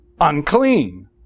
unclean